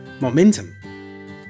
momentum